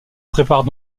préparent